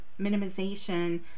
minimization